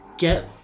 get